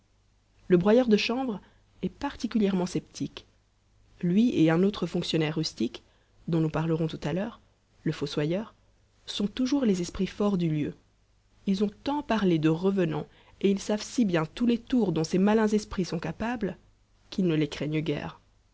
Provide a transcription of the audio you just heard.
le broyeur de chanvre est particulièrement sceptique lui et un autre fonctionnaire rustique dont nous parlerons tout à l'heure le fossoyeur sont toujours les esprits forts du lieu ils ont tant parlé de revenants et ils savent si bien tous les tours dont ces malins esprits sont capables qu'ils ne les craignent guère